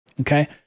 okay